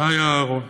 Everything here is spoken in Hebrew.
שי אהרון,